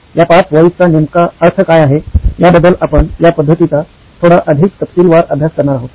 या 5 व्हॉईजचा नेमका अर्थ काय आहे याबद्दल आपण या पद्धतीचा थोडा अधिक तपशीलवार अभ्यास करणार आहोत